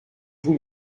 vous